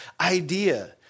idea